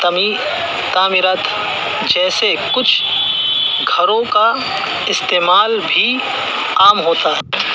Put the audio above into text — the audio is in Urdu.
تعمیرات جیسے کچھ گھروں کا استعمال بھی عام ہوتا ہے